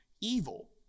evil